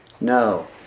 No